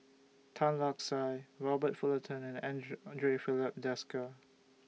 Tan Lark Sye Robert Fullerton and Andre Filipe Desker